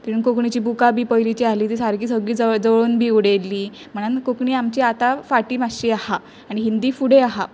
तितून कोंकणीची बुकां बी पयलींचीं आहलीं ती सारकी सगळीं जळ जळोवन बी उडयल्लीं म्हणान कोंकणी आमची आतां फाटी मातशी आहा आनी हिंदी फुडें आहा